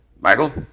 Michael